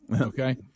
Okay